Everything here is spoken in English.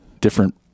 different